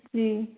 जी